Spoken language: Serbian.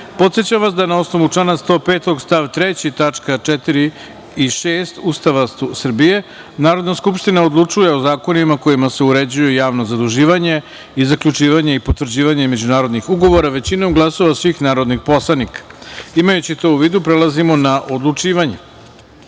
podsećam vas da na osnovu člana 105. stav 3. tačka 4. i 6. Ustava Srbije, Narodna skupština odlučuje o zakonima kojima se uređuje javno zaduživanje i zaključivanje i potvrđivanje međunarodnih ugovora, većinom glasova svih narodnih poslanika. Imajući to u vidu, prelazimo na odlučivanje. Druga